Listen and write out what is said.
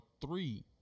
three